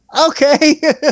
okay